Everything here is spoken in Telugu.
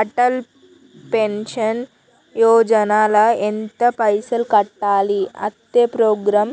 అటల్ పెన్షన్ యోజన ల ఎంత పైసల్ కట్టాలి? అత్తే ప్రోగ్రాం